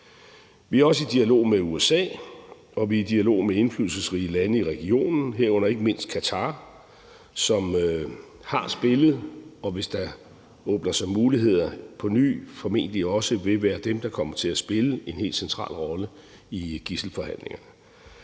Vi er også i dialog med USA, og vi er i dialog med indflydelsesrige lande i regionen, herunder ikke mindst Qatar, som har spillet, og hvis der åbner sig muligheder på ny, formentlig også vil være dem, der kommer til at spille en helt central rolle i gidselforhandlingerne.